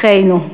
אחינו.